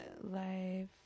Life